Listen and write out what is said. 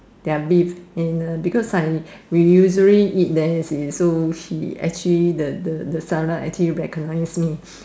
their beef and because I we usually eat there is so he actually the the the seller recognize me